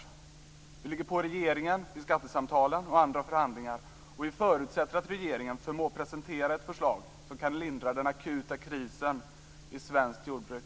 Ansvaret för det ligger på regeringen i skattesamtalen och i andra förhandlingar. Vi förutsätter att regeringen förmår presentera ett förslag som kan lindra den akuta krisen i svenskt jordbruk.